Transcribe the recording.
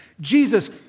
Jesus